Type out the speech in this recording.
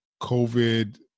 COVID